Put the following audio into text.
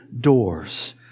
doors